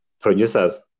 producers